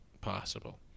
possible